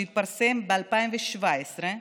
שהתפרסם ב-2017,